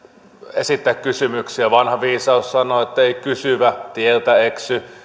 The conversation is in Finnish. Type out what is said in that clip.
esittää kysymyksiä vanha viisaus sanoo että ei kysyvä tieltä eksy